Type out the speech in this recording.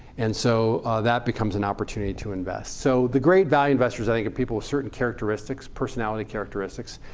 and so that becomes an opportunity to invest. so the great value investors i think are people with certain characteristics personality characteristics.